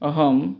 अहं